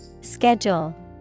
Schedule